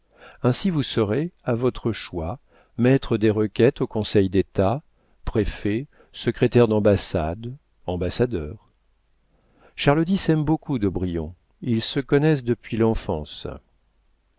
ainsi vous serez à votre choix maître des requêtes au conseil d'état préfet secrétaire d'ambassade ambassadeur charles x aime beaucoup d'aubrion ils se connaissent depuis l'enfance